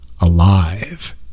alive